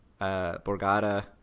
Borgata